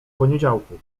poniedziałku